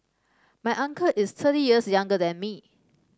my uncle is thirty years younger than me